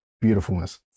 beautifulness